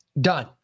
done